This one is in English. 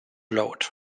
load